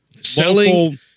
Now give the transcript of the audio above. selling